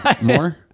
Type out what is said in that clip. More